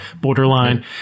Borderline